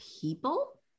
people